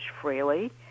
freely